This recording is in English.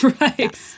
right